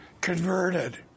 converted